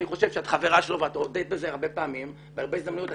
אני חושב שאת חברה שלו ואת הודית בזה הרבה פעמים ובהרבה הזדמנויות.